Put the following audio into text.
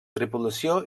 tripulació